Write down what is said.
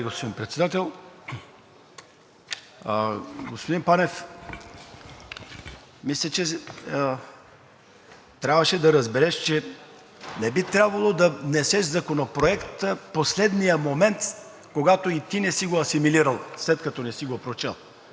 Господин Панев, мисля, че трябваше да разбереш, че не би трябвало да внасяш Законопроект в последния момент, когато и ти не си го асимилирал, след като не си го прочел.